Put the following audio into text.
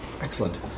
Excellent